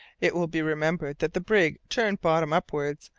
it will be remembered that the brig turned bottom upwards,